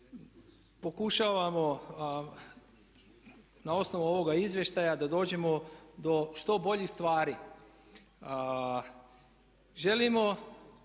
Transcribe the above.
pokušavamo na osnovu ovoga izvještaja da dođemo do što boljih stvari. Želimo